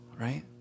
right